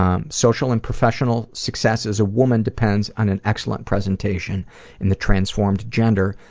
um social and professional success as a woman depends on an excellent presentation in the transformed gender,